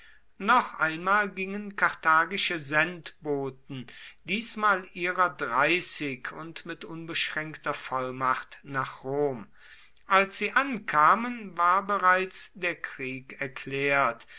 noch einmal gingen karthagische sendboten diesmal ihrer dreißig und mit unbeschränkter vollmacht nach rom als sie ankamen war bereits der krieg erklärt